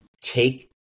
take